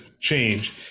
change